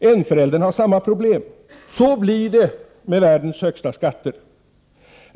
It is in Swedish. Ensamföräldern har samma problem. Så blir det med världens högsta skatter!